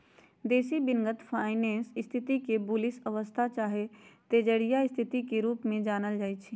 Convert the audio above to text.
बेशी दिनगत फाइनेंस स्थिति के बुलिश अवस्था चाहे तेजड़िया स्थिति के रूप में जानल जाइ छइ